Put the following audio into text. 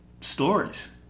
stories